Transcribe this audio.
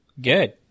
Good